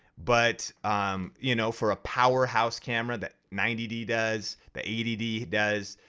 but um you know for a powerhouse camera that ninety d does, the eighty d does,